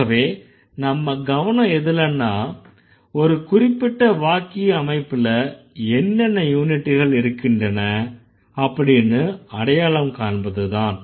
ஆகவே நம்ம கவனம் எதுலன்னா ஒரு குறிப்பிட்ட வாக்கிய அமைப்பில் என்னென்ன யூனிட்கள் இருக்கின்றன அப்படின்னு அடையாளம் காண்பதுதான்